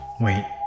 Wait